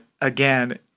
again